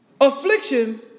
Affliction